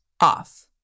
off